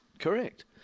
Correct